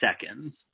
seconds